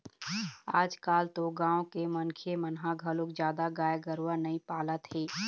आजकाल तो गाँव के मनखे मन ह घलोक जादा गाय गरूवा नइ पालत हे